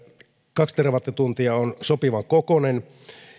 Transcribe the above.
kaksi terawattituntia on sopivan kokoinen